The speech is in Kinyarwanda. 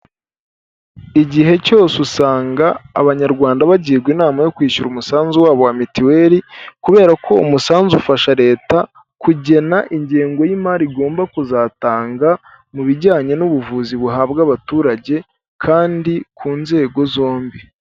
Igihe cyose usanga abanyarwanda bagirwa inama yo kwishyura umusanzu wabo wa mituweli kubera ko umusanzu ufasha leta kugena ingengo y'imari igomba kuzatanga mu bijyanye n'ubuvuzi buhabwa abaturage kandi ku nzego zombi.